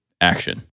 action